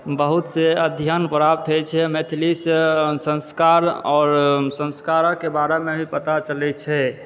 बहुत से अध्ययन प्राप्त होइ छै आ मैथिली सॅं संस्कार आओर संस्कारके बारेमे भी पता चलै छै